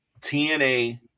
TNA